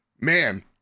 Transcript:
Man